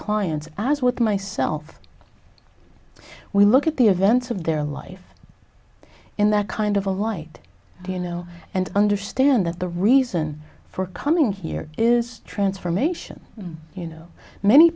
clients as with myself we look at the events of their life in that kind of a light you know and understand that the reason for coming here is transformation you know many